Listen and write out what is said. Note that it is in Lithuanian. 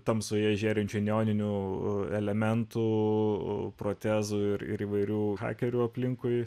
tamsoje žėrinčių neoninių elementų protezu ir įvairių hakerių aplinkui